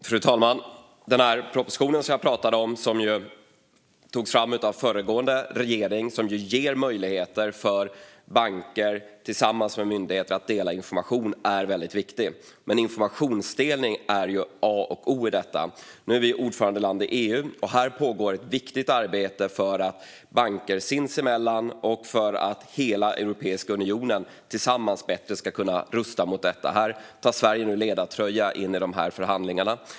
Fru talman! Den viktiga proposition jag pratade om togs fram av den föregående regeringen och ger banker och myndigheter möjlighet att dela information. Informationsdelning är nämligen A och O i detta. Nu är Sverige ordförandeland i EU. Där pågår ett viktigt arbete för att banker sinsemellan och hela Europeiska unionen ska kunna rusta bättre för detta, och Sverige tar ledartröjan i dessa förhandlingar.